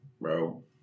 Bro